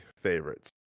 favorites